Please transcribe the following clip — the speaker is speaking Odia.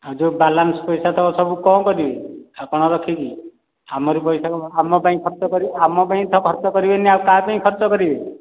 ଆଉ ଯେଉଁ ବାଲାନ୍ସ୍ ପଇସାତକ ସବୁ କ'ଣ କରିବେ ଆପଣ ରଖିକି ଆମରି ପଇସା ଆମ ପାଇଁ ଖର୍ଚ୍ଚ କରିବେ ଆମ ପାଇଁ ତ ଖର୍ଚ୍ଚ କରିବେନି ଆଉ କାହା ପାଇଁ ଖର୍ଚ୍ଚ କରିବେ